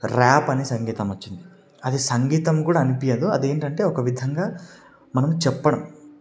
rap అనే సంగీతం వచ్చింది అది సంగీతం కూడా అనిపియ్యదు అది ఏంటంటే ఒక విధంగా మనకు చెప్పడం